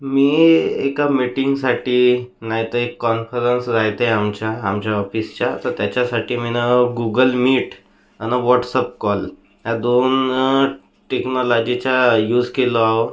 मी एका मीटिंगसाठी नाही तर एक कॉन्फरन्स रहाते आमच्या आमच्या ऑफिसच्या तर त्याच्यासाठी मी नं गुगल मीट आणि व्हाट्सअप कॉल या दोन टेक्नॉलॉजीचा युज केलो